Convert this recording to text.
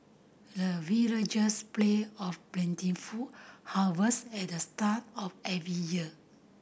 the villagers pray of plentiful harvest at the start of every year